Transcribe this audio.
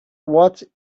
what